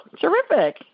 terrific